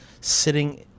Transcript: sitting